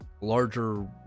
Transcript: larger